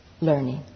learning